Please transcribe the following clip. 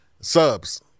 subs